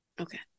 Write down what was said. Okay